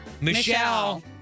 Michelle